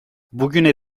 bugüne